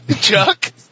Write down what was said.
Chuck